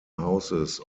houses